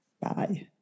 Bye